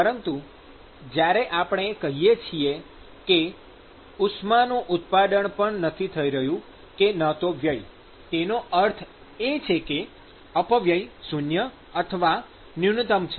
પરંતુ જ્યારે આપણે કહીએ છીએ કે ઉષ્માનું ઉત્પાદન પણ નથી થઈ રહ્યું કે ન તો વ્યય તેનો અર્થ એ છે કે અપવ્યય શૂન્ય અથવા ન્યૂનતમ છે